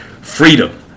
freedom